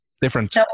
different